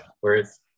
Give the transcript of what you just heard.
Whereas